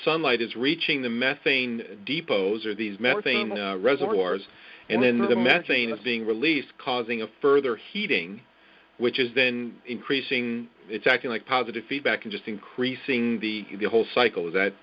sunlight is reaching the methane depots or these men reservoirs and then the methane is being released causing a further heating which is then increasing its acting like positive feedback and just increasing the whole cycle is that